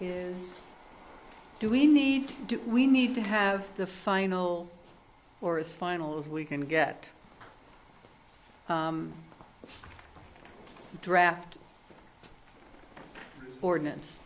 is do we need do we need to have the final or is finals we can get a draft ordinance